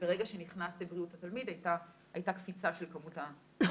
וברגע שנכנס בריאות התלמיד הייתה קפיצה של כמות המתחסנים,